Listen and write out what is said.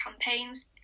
campaigns